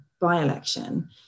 by-election